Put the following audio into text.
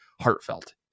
heartfelt